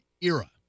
Era